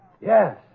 Yes